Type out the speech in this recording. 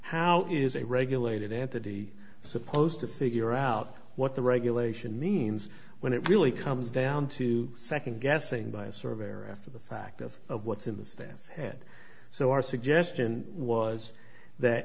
how is a regulated entity supposed to figure out what the regulation means when it really comes down to second guessing by a surveyor after the fact as of what's in the stands head so our suggestion was that